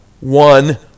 one